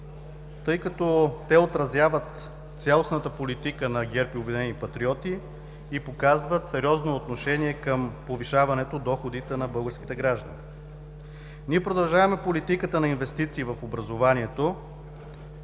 тъй като те отразяват цялостната политика на ГЕРБ и „Обединени патриоти“ и показват сериозно отношение към повишаване доходите на българските граждани. Ние продължаваме политиката на инвестиции в образованието,